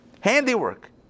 handiwork